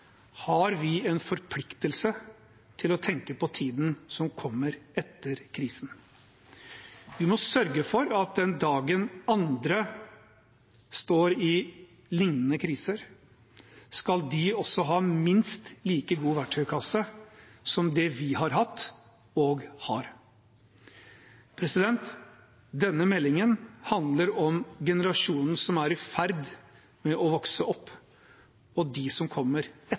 har vi en forpliktelse til å tenke på tiden som kommer etter krisen. Vi må sørge for at den dagen andre står i lignende kriser, skal de også ha minst like god verktøykasse som det vi har hatt og har. Denne meldingen handler om generasjonen som er i ferd med å vokse opp, og de som kommer etter